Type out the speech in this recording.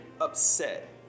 upset